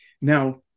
Now